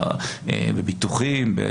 בביטוחים,